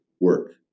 work